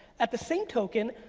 at the same token,